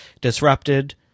disrupted